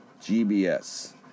GBS